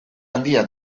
handia